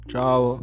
Ciao